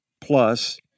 plus